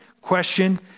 question